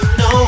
no